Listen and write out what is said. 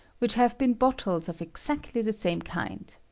which have been bottles of exactly the same kind.